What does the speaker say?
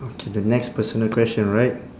okay the next personal question alright